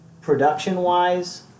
production-wise